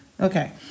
okay